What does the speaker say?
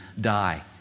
die